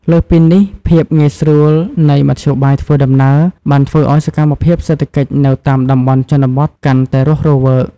លើសពីនេះ ភាពងាយស្រួលនៃមធ្យោបាយធ្វើដំណើរបានធ្វើឱ្យសកម្មភាពសេដ្ឋកិច្ចនៅតាមតំបន់ជនបទកាន់តែរស់រវើក។